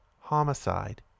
Homicide